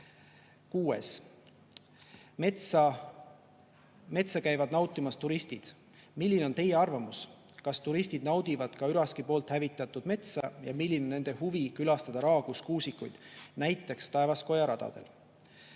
Kuues: "Metsa käivad nautimas turistid. Milline on Teie arvamus, kas turistid naudivad ka üraski poolt hävitatud metsa ja milline on nende huvi külastada raagus kuusikuid (n Taevaskoja radadel)?"